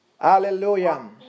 hallelujah